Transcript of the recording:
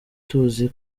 tuzi